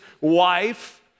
wife